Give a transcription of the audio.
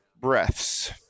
breaths